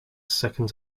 second